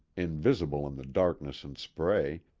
invisible in the darkness and spray,